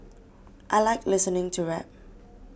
I like listening to rap